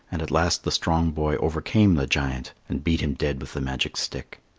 and at last the strong boy overcame the giant and beat him dead with the magic stick.